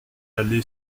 allé